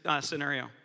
scenario